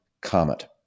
Comet